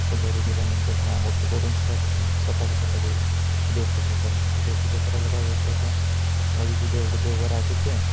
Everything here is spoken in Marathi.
तर घरी गेल्यानंतर मग आंघोळ तर करूनच राहते तर मग सकाळी सकाळी देवपूजा करणं तर देवपूजा करायला काय करत होतं आजीचे देव देवघरात होते